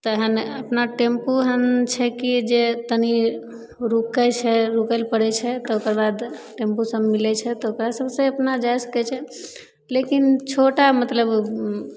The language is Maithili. तहन अपना टेम्पू हन छै कि जे तनी रुकय छै रुकय लए पड़य छै तऽ ओकर बाद टेम्पू सब मिलय छै तऽ ओकरा सबसँ अपना जा सकय छै लेकिन छोटा मतलब